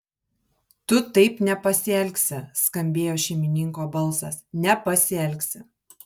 tu taip nepasielgsi skambėjo šeimininko balsas nepasielgsi